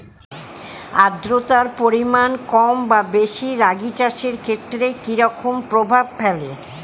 আদ্রতার পরিমাণ কম বা বেশি রাগী চাষের ক্ষেত্রে কি রকম প্রভাব ফেলে?